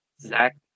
zach